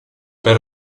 per